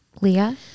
Leah